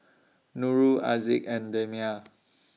Nurul Aziz and Damia